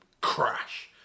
crash